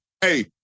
hey